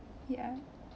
ya